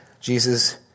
Jesus